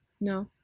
No